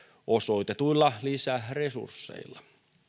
osoitetuilla lisäresursseilla